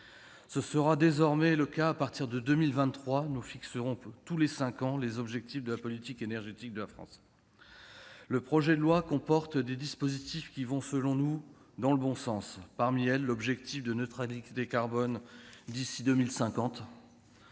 Ce sera désormais le cas, puisqu'à partir de 2023 nous fixerons tous les cinq ans les objectifs de la politique énergétique de la France. Le projet de loi comporte des dispositions qui vont, selon nous, dans le bon sens. Parmi celles-ci, l'objectif de neutralité carbone d'ici à 2050